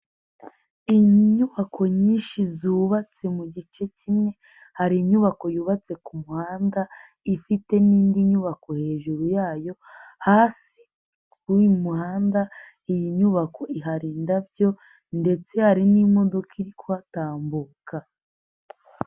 Inyubako nyinshi zubatse mu gice kimwe, hari inyubako yubatse ku muhanda, ifite n'indi nyubako hejuru yayo, hasi kuri uyu muhanda, iyi nyubako ihari indabyo ndetse hari n'imodoka iri kuhatambuka.